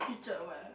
featured where